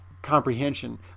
comprehension